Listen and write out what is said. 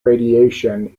radiation